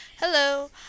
Hello